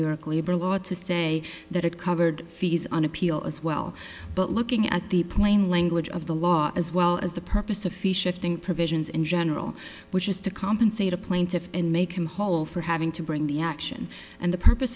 york labor law to say that it covered fees on appeal as well but looking at the plain language of the law as well as the purpose of fee shifting provisions in general which is to compensate a plaintiffs in macomb hall for having to bring the action and the purpose